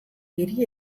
hiri